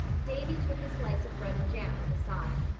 davy took his slice of bread and jam with a sigh.